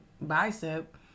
bicep